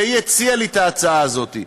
והיא הציעה לי את ההצעה הזאת.